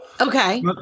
okay